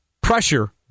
pressure